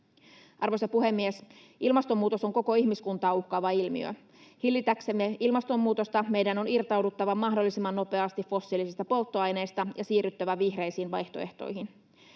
Arvoisa puhemies! Ilmastonmuutos on koko ihmiskuntaa uhkaava ilmiö. Hillitäksemme ilmastonmuutosta meidän on irtauduttava mahdollisimman nopeasti fossiilisista polttoaineista ja siirryttävä vihreisiin vaihtoehtoihin.